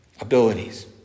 abilities